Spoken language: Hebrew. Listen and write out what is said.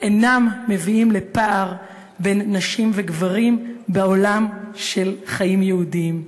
אינה מביאה לפער בין נשים וגברים בעולם של חיים יהודיים.